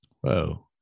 Whoa